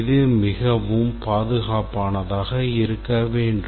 இது மிகவும் பாதுகாப்பானதாக இருக்க வேண்டும்